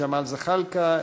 ג'מאל זחאלקה,